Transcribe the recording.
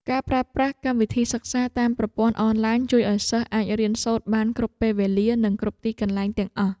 ការប្រើប្រាស់កម្មវិធីសិក្សាតាមប្រព័ន្ធអនឡាញជួយឱ្យសិស្សអាចរៀនសូត្របានគ្រប់ពេលវេលា និងគ្រប់ទីកន្លែងទាំងអស់។